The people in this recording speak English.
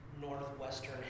Northwestern